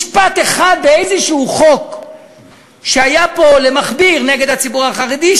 משפט אחד בחוק כלשהו ממה שהיה פה למכביר נגד הציבור החרדי,